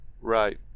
Right